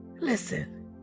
Listen